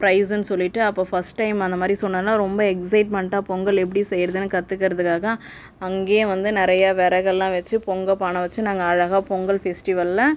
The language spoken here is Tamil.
ப்ரைஸுன்னு சொல்லிவிட்டு அப்போது ஃபஸ்ட் டைம் அந்தமாதிரி சொன்னதில் ரொம்ப எக்ஸைட்மென்ட்டாக பொங்கல் எப்படி செய்கிறதுன்னு கற்றுக்குறதுக்காக அங்கேயே வந்து நிறைய விறகுலாம் வச்சு பொங்கல் பானை வச்சு நாங்கள் அழகாக பொங்கல் ஃபெஸ்டிவலில்